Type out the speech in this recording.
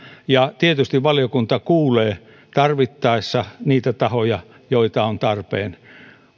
ja tietysti valiokunta kuulee tarvittaessa niitä tahoja joita on tarpeen